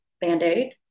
band-aid